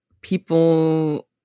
people